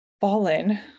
fallen